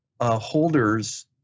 holders